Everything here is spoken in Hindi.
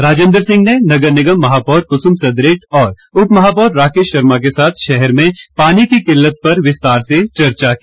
राजेंद्र सिंह ने नगर निगम महापौर कुसुम सदरेट और उपमहापौर राकेश शर्मा के साथ शहर में पानी की किल्लत पर विस्तार से चर्चा की